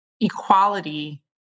equality